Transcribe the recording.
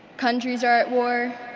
countries are at war,